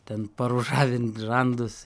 ten paružavint žandus